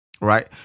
Right